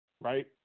right